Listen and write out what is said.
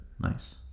Nice